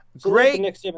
Great